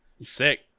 Sick